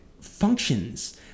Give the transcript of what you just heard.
functions